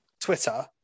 Twitter